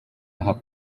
nka